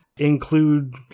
include